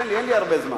תן לי, אין לי הרבה זמן.